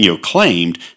claimed